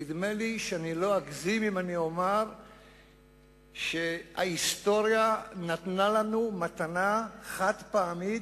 נדמה לי שאני לא אגזים אם אומר שההיסטוריה נתנה לנו מתנה חד-פעמית,